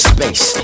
Space